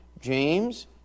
James